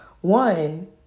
One